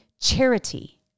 charity